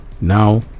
now